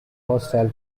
hostile